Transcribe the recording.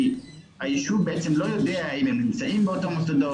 כי הישוב בעצם לא יודע האם הם נמצאים באותם מוסדות,